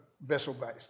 vessel-based